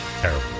Terrible